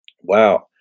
wow